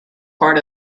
part